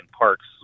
parks